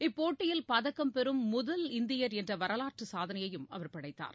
இப்போட்டியில் பதக்கம் பெறும் முதல் இந்தியர் என்ற வரலாற்றுச் சாதனையையும் அவர் படைத்தார்